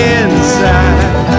inside